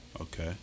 Okay